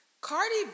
Cardi